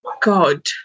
God